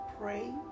pray